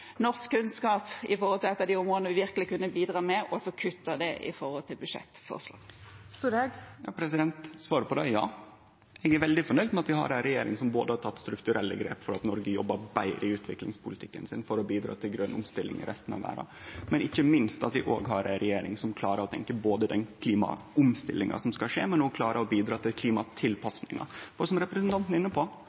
norsk kunnskap på innen ett av de områdene hvor vi virkelig kunne bidra, når man kutter i budsjettforslaget? Svaret på det er ja. Eg er veldig fornøgd med at vi har ei regjering som har teke strukturelle grep for at Noreg jobbar betre i utviklingspolitikken for å bidra til grøn omstilling i resten av verda, og ikkje minst at vi har ei regjering som både klarer å tenkje på den klimaomstillinga som skal skje, og som klarer å bidra til klimatilpassing. Som representanten er inne på,